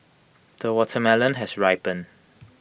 the watermelon has ripened